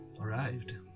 arrived